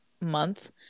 month